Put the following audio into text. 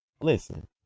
listen